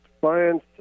science